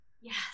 Yes